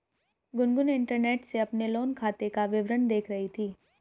Gungun internet से अपने loan खाते का विवरण देख रही थी